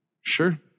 sure